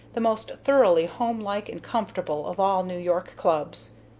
the most thoroughly home-like and comfortable of all new york clubs.